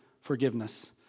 forgiveness